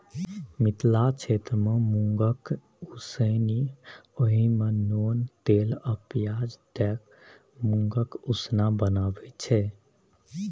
मिथिला क्षेत्रमे मुँगकेँ उसनि ओहि मे नोन तेल आ पियाज दए मुँगक उसना बनाबै छै